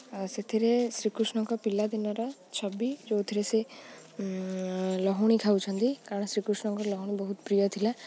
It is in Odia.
ଆଉ ସେଥିରେ ଶ୍ରୀକୃଷ୍ଣଙ୍କ ପିଲାଦିନର ଛବି ଯେଉଁଥିରେ ସେ ଲହୁଣୀ ଖାଉଛନ୍ତି କାରଣ ଶ୍ରୀକୃଷ୍ଣଙ୍କର ଲହୁଣୀ ବହୁତ ପ୍ରିୟ ଥିଲା